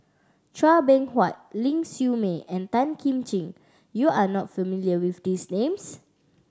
Chua Beng Huat Ling Siew May and Tan Kim Ching you are not familiar with these names